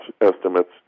estimates